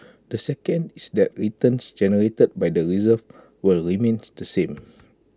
the second is that returns generated by the reserves will remain the same